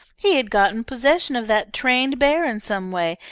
he had gotten possession of that trained bear in some way,